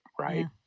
right